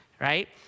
right